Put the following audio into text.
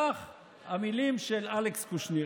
כך היו המילים של אלכס קושניר.